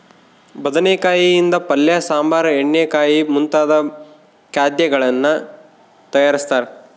ಬದನೆಕಾಯಿ ಯಿಂದ ಪಲ್ಯ ಸಾಂಬಾರ್ ಎಣ್ಣೆಗಾಯಿ ಮುಂತಾದ ಖಾದ್ಯಗಳನ್ನು ತಯಾರಿಸ್ತಾರ